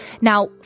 Now